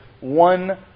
one